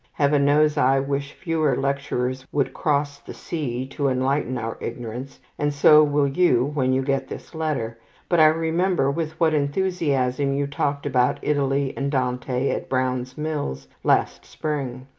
heaven knows i wish fewer lecturers would cross the sea to enlighten our ignorance, and so will you when you get this letter but i remember with what enthusiasm you talked about italy and dante at brown's mills last spring,